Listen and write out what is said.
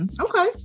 Okay